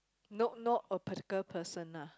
no no a particular person ah